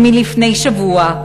הוא מלפני שבוע: